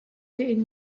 tein